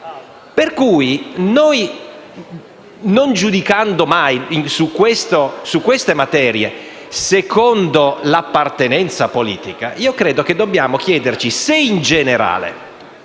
Pertanto noi, non giudicando mai su queste materie secondo l'appartenenza politica, dobbiamo chiederci se, in generale,